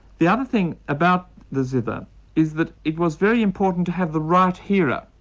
the other thing about the zither is that it was very important to have the right hearer.